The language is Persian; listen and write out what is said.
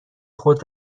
خود